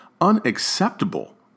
unacceptable